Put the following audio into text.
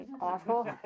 awful